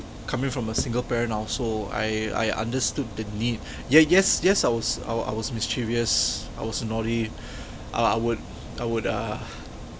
coming from a single parent also I I understood the need yeah yes yes I was I was mischievous I was naughty uh I would I would uh